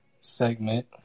segment